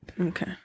Okay